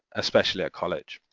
especially at college.